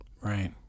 Right